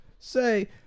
Say